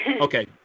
Okay